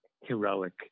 heroic